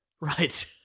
Right